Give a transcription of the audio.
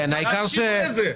מה זה השינוי הזה?